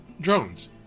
drones